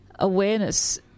awareness